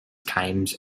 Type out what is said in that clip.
times